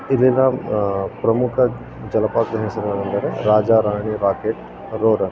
ಇಲ್ಲಿನ ಪ್ರಮುಖ ಜಲಪಾತದ ಹೆಸರುಗಳೆಂದರೆ ರಾಜ ರಾಣಿ ರಾಕೆಟ್ ರೋರರ್